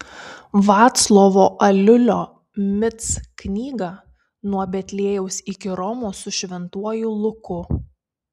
vaclovo aliulio mic knygą nuo betliejaus iki romos su šventuoju luku